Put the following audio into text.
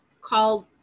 called